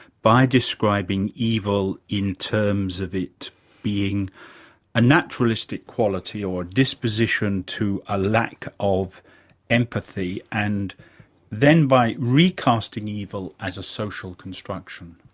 by describing evil in terms of it being a naturalistic quality or disposition to a lack of empathy, and then by recasting evil as a social construction?